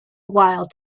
while